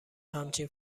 همچین